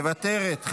מוותרת,